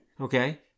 Okay